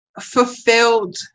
fulfilled